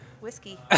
whiskey